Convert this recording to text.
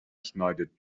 schneidet